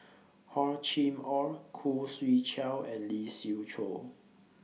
Hor Chim Or Khoo Swee Chiow and Lee Siew Choh